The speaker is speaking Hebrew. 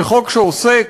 שחוק שעוסק